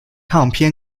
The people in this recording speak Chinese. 唱片